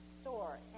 store